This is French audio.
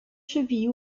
chevilles